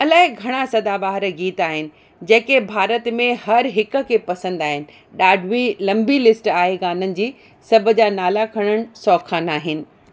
अलाए घणा सदाबहार गीत आहिनि जंहिंखें भारत में हर हिक खे पसंदि आहिनि ॾाढी लंबी लिस्ट आहे गाननि जी सभु जा नाला खरणु सौखा न आहिनि